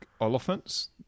elephants